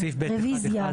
רביזיה.